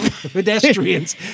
pedestrians